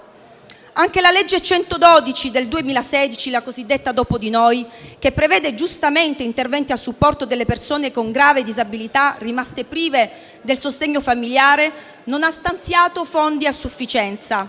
Anche la legge n. 112 del 2016, la cosiddetta dopo di noi, che prevede giustamente interventi a supporto delle persone con grave disabilità rimaste prive del sostegno familiare, non ha stanziato fondi a sufficienza.